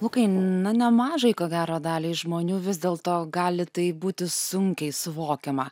lukai na nemažai ko gero daliai žmonių vis dėl to gali tai būti sunkiai suvokiama